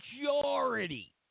majority